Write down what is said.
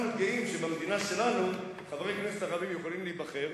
אנחנו גאים שבמדינה שלנו חברי כנסת ערבים יכולים להיבחר,